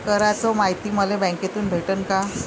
कराच मायती मले बँकेतून भेटन का?